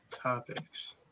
Topics